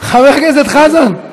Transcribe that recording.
חבר הכנסת חזן,